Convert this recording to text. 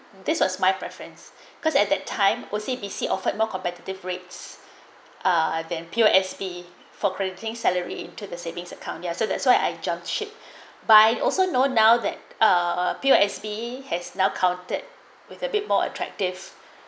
this was my preference because at that time O_C_B_C offered more competitive rates ah then P_O_S_B for crediting salary into the savings account y so that's why I jumped ship by also know now that uh P_O_S_B has now counted with a bit more attractive